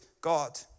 God